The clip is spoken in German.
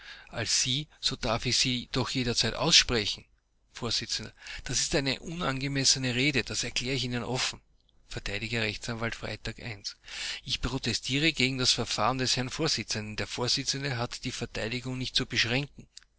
als sie so darf ich sie doch jederzeit aussprechen vors das ist eine unangemessene rede das erkläre ich ihnen offen verteidiger rechtsanwalt freytag i ich protestiere gegen das verfahren des herrn vorsitzenden der vorsitzende hat die verteidigung nicht zu beschränken